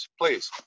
Please